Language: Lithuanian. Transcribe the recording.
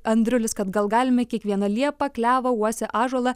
andriulis kad gal galime kiekvieną liepą klevą uosį ąžuolą